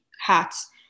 Hats